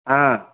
ହଁ